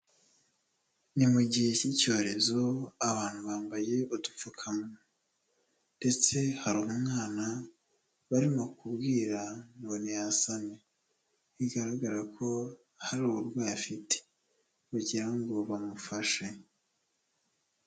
Ni mu gihe cy'icyorezo abantu bambaye udupfukamunwa ndetse hari umwana barimo kubwira ngo ntiyasame bigaragara ko hari uburwayi afite bagira ngo bamufashe.